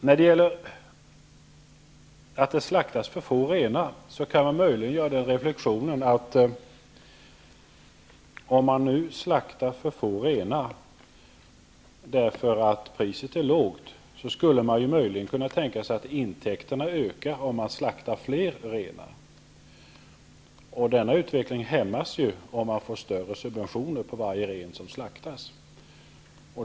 När det gäller att det slaktas för få renar kan man möjligen göra den reflexionen, att om man nu slaktar för få renar därför att priset är lågt, skulle man möjligen kunna tänka sig att intäkterna ökar om man slaktar fler renar. Denna utveckling hämmas ju om man får subventioner för varje ren som slaktas.